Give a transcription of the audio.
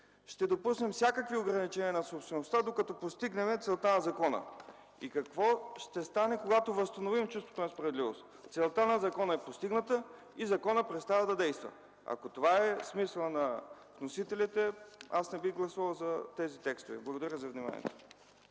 ще допуснем всякакви ограничения на собствеността, докато постигнем целта на закона, какво ще стане, когато възстановим чувството на справедливост? Целта на закона е постигната и законът престава да действа. Ако това е смисълът на вносителите, аз не бих гласувал за тези текстове. Благодаря за вниманието.